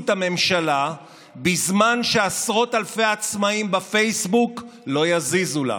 את הממשלה בזמן שעשרות אלפי עצמאים בפייסבוק לא יזיזו לה.